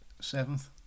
Seventh